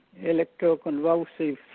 electroconvulsive